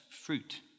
fruit